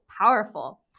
powerful